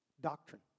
doctrine